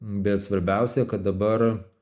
bet svarbiausia kad dabar